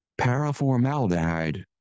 paraformaldehyde